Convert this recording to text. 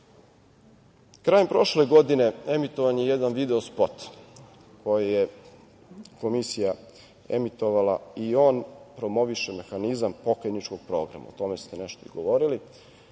prošle godine emitovan je jedan video spot koji je Komisija emitovala. On promoviše mehanizam pokrajničkog programa. O tome ste nešto govorili.